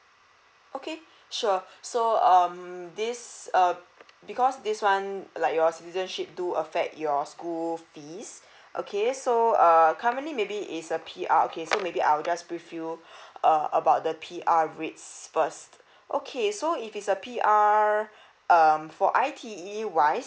okay sure so um this uh because this one like your citizenship do affect your school fees okay so err currently maybe is a P_R okay so maybe I'll just brief you uh about the P_R rates first okay so if he's a P_R um for I_T_E wise